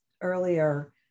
earlier